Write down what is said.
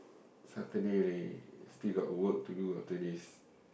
Saturday leh still got work to do after this